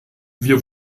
wir